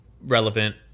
relevant